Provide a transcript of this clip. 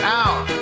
out